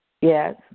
yes